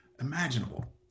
imaginable